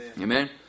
Amen